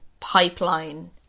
pipeline